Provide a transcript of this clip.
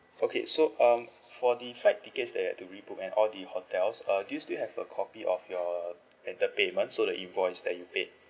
okay so um for the flight tickets that you had to re book and all the hotels uh do you still have a copy of your and the payment so the invoice that you paid